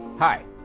Hi